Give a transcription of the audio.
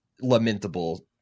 lamentable